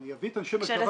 אני אביא את אנשי מרכב"ה